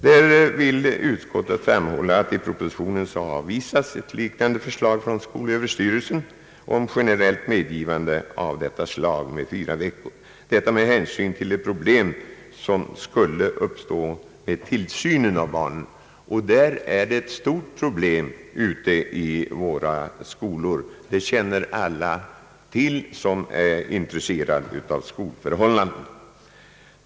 Där framhåller utskottet att ett liknande förslag från skolöverstyrelsen om generellt medgivande av detta slag men med fyra veckor avvisas i propositionen, detta med hänsyn till de problem som skulle uppstå beträffande tillsynen av barnen. Där finns ett stort problem ute i våra skolor. Det känner alla som är intresserade av skolförhållanden till.